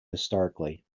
historically